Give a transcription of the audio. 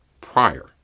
prior